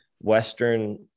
Western